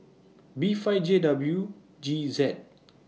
B five J W G Z